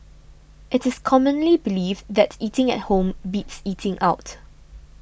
it is commonly believed that eating at home beats eating out